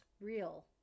real